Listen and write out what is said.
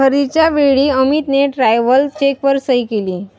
खरेदीच्या वेळी अमितने ट्रॅव्हलर चेकवर सही केली